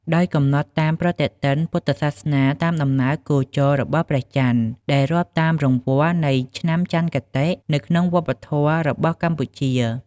ដោយកំណត់តាមប្រតិទិនពុទ្ធសាសនាតាមដំណើរគោចររបស់ព្រះចន្ទ ដែលរាប់តាមរង្វាស់នៃឆ្នាំចន្ទគតិ នៅក្នុងវប្បធម៌របស់កម្ពុជា។